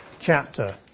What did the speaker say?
chapter